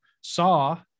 saw